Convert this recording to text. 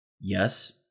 yes